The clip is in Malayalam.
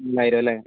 മൂവായിരം അല്ലെ